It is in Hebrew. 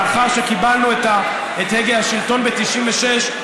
לאחר שקיבלנו את הגה השלטון ב-1996,